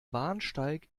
bahnsteig